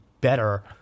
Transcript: better